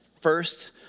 first